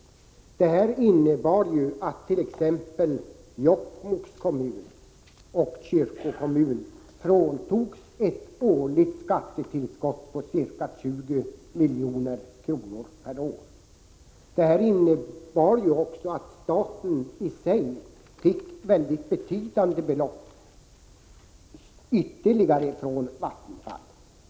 Det innebar att t.ex. Jokkmokks kommun och kyrkokommun fråntogs ett årligt skattetillskott på ca 20 milj.kr. Det medförde också att staten fick betydande ytterligare belopp från Vattenfall.